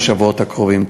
בשבועות הקרובים.